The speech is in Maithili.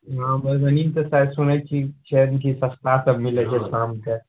हँ मधुबनीमऽ तऽ शायद सुनैत छी छियैन कि सस्तासभ मिलैत छै गामसँ